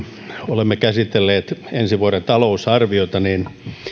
olemme käsitelleet ensi vuoden talousarviota voimme